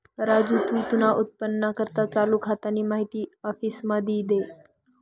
राजू तू तुना उत्पन्नना करता चालू खातानी माहिती आफिसमा दी दे